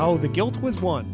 how the guilt was won